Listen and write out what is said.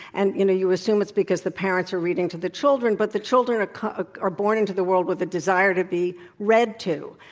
and you know, you assume it's because the parents are reading to the children but the children ah are born into the world with a desire to be read to.